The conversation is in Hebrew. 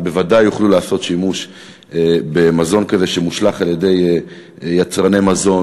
הם בוודאי יוכלו לעשות שימוש במזון שמושלך על-ידי יצרני מזון,